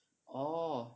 orh